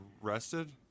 rested